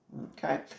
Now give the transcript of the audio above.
Okay